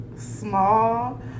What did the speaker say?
Small